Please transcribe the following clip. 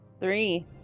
Three